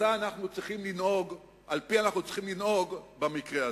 שעל-פיה אנחנו צריכים לנהוג במקרה הזה.